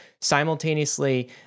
Simultaneously